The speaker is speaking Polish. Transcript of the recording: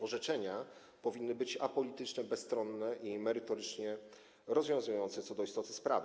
Orzeczenia powinny być apolityczne, bezstronne i merytorycznie rozwiązujące co do istoty sprawy.